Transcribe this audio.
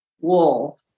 Wool